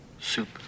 Soup